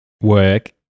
work